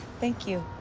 thank you.